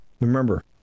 remember